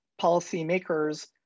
policymakers